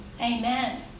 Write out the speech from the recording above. amen